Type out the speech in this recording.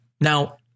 Now